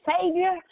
Savior